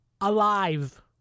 alive